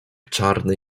czarny